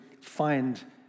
find